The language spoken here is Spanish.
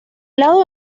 lado